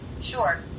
sure